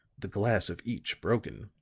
the glass of each broken,